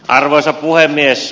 arvoisa puhemies